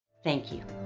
thank you.